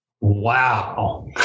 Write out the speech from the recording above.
Wow